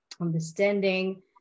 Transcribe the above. understanding